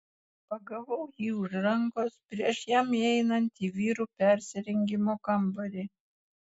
pagavau jį už rankos prieš jam įeinant į vyrų persirengimo kambarį